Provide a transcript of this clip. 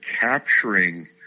capturing